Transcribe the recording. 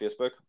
Facebook